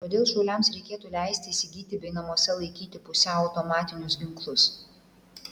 kodėl šauliams reikėtų leisti įsigyti bei namuose laikyti pusiau automatinius ginklus